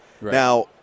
Now